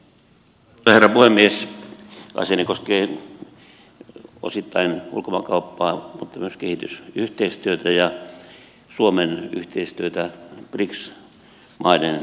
asiani koskee osittain ulkomaankauppaa mutta myös kehitysyhteistyötä ja suomen yhteistyötä brics maiden kanssa